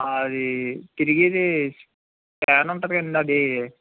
అది తిరిగేది ఫ్యాన్ ఉంటుంది అండి అది